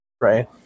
right